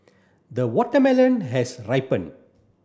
the watermelon has ripened